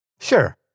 Sure